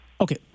okay